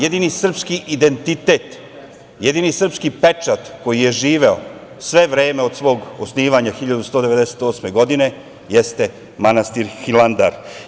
Jedini srpski identitet, jedini srpski pečat koji je živeo sve vreme od svog osnivanja 1198. godine jeste manastir Hilandar.